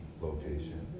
location